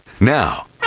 Now